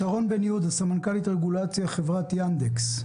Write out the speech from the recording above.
שרון בן יהודה, סמנכ"לית רגולציה, חברת יאנדקס,